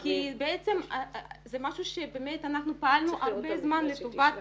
-- כי בעצם זה משהו שבאמת אנחנו פעלנו הרבה זמן לטובת